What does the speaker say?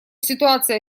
ситуация